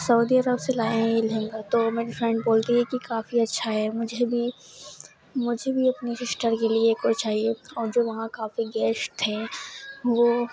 سعودی Arab سے لائے ہیں یہ لہنگا تو میری فرینڈ بولتی ہے کہ کافی اچھا ہے مجھے بھی مجھے بھی اپنی سسٹر کے لیے ایک اور چاہیے اور جو وہاں کافی گیسٹ تھے وہ